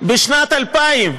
בשנת 2000,